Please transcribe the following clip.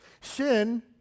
Sin